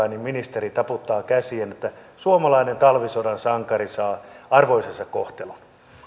niin ministeri taputtaa käsiään että suomalainen talvisodan sankari saa arvoisensa kohtelun